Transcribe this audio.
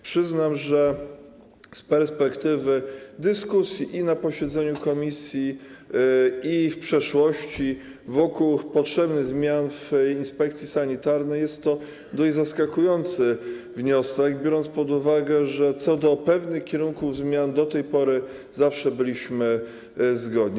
Przyznam, że z perspektywy dyskusji i na posiedzeniu komisji, i w przeszłości wokół potrzebnych zmian w inspekcji sanitarnej jest to dość zaskakujący wniosek, biorąc pod uwagę, że co do pewnych kierunków zmian do tej pory zawsze byliśmy zgodni.